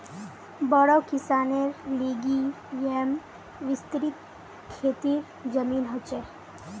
बोड़ो किसानेर लिगि येमं विस्तृत खेतीर जमीन ह छे